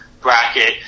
bracket